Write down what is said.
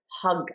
hug